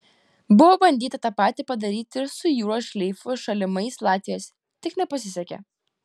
buvo bandyta tą patį padaryti ir su jūros šleifu šalimais latvijos tik nepasisekė